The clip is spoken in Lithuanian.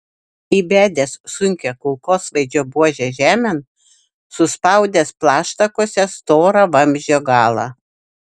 įbedęs sunkią kulkosvaidžio buožę žemėn suspaudęs plaštakose storą vamzdžio galą